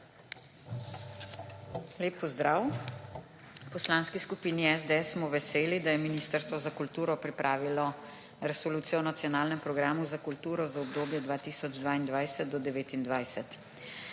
Lep pozdrav! V Poslanski skupini SDS smo veseli, da je Ministrstvo za kulturo pripravilo Resolucijo o nacionalnem programu za kulturo za obdobje 2022-2029.